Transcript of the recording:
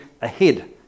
ahead